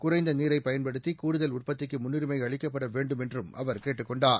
குறைந்த நீரை பயன்படுத்தி கூடுதல் உற்பத்திக்கு முன்னுரிமை அளிக்கப்பட வேண்டும் என்றும் அவா் கேட்டுக் கொண்டார்